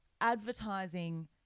advertising